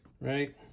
right